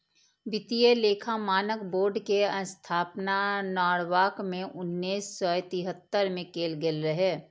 वित्तीय लेखा मानक बोर्ड के स्थापना नॉरवॉक मे उन्नैस सय तिहत्तर मे कैल गेल रहै